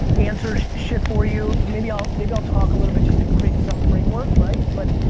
answer shit for you. maybe i'll maybe i'll talk a little bit just to create some framework, right? but,